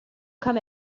come